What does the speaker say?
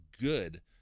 good